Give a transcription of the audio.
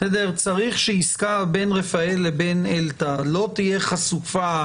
צריך שעסקה בין רפאל לבין אלתא לא תהיה חשופה